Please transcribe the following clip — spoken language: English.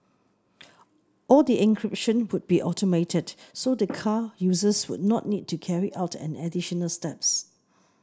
all the encryption would be automated so the car users would not need to carry out any additional steps